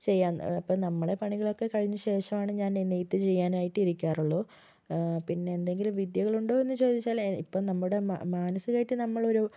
ചെയ്യാം ഇപ്പോൾ നമ്മളുടെ പണികളൊക്കെ കഴിഞ്ഞ ശേഷമാണ് ഞാൻ നെയ്ത്ത് ചെയ്യാനായിട്ട് ഇരിക്കാറുള്ളൂ പിന്നെ എന്തെങ്കിലും വിദ്യകളുണ്ടോയെന്ന് ചോദിച്ചാൽ ഇപ്പം നമ്മുടെ മാ മാനസികമായിട്ട് നമ്മൾ ഒരു